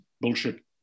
bullshit